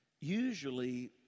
Usually